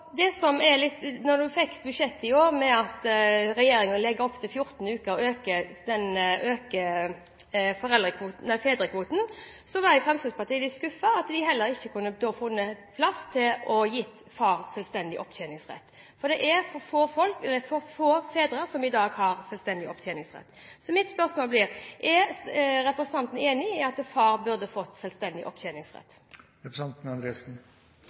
uker, var Fremskrittspartiet litt skuffet over at man ikke heller hadde funnet plass til å gi far selvstendig opptjeningsrett. For det er for få fedre som i dag har selvstendig opptjeningsrett. Så mitt spørsmål blir: Er representanten enig at far burde fått selvstendig